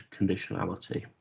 conditionality